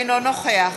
אינו נוכח